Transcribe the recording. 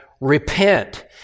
Repent